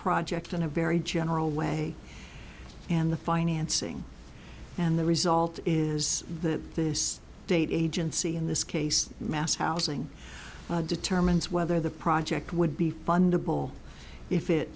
project in a very general way and the financing and the result is that this date agency in this case mass housing determines whether the project would be fundable if it